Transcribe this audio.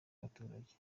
abaturage